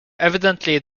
evidently